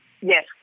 Yes